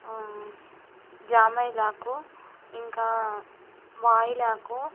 జామైలాకు ఇంకా వాయిలాకు